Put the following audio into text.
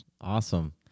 Awesome